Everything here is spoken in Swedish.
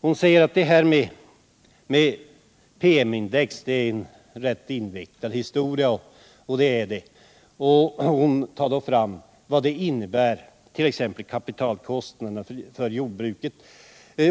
Hon sade att PM index är en rätt invecklad historia — och det är sant — och hon tog fram exempel på vad det innebär för jordbruket i